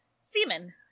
semen